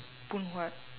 phoon huat